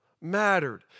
mattered